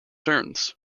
turns